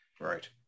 Right